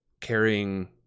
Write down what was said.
Carrying